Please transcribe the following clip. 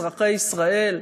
אזרחי ישראל,